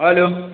hello